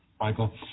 Michael